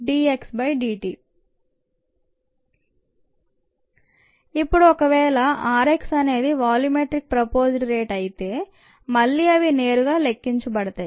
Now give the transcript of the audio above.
rgddtVdxdt ఇప్పుడు ఒకవేళ r x అనేది వాల్యూమెట్రిక్ ప్రోపోస్డ్ రేటు అయితే మళ్లీ అవి నేరుగా లెక్కించబడతాయి